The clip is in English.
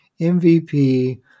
MVP